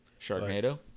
Sharknado